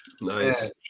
Nice